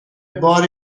بار